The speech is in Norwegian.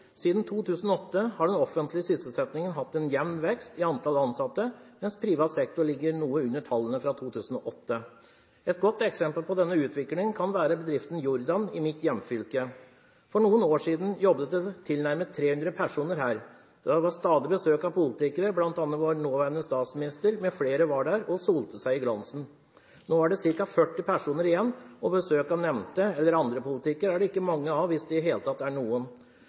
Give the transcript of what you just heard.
Siden 2008 har den offentlige sysselsettingen hatt en jevn vekst i antall ansatte, mens privat sektor ligger noe under tallene fra 2008. Et godt eksempel på denne utviklingen kan være bedriften Jordan i mitt hjemfylke. For noen år siden jobbet det tilnærmet 300 personer her. Det var stadig besøk av politikere – bl.a. vår nåværende statsminister mfl.– som solte seg i glansen. Nå er det ca. 40 personer igjen, og besøk av nevnte eller andre politikere er det ikke mange av, hvis det i det hele tatt er noen.